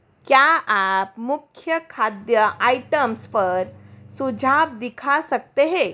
क्या आप मुख्य खाद्य आइटम्स पर सुझाव दिखा सकते हैं